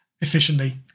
efficiently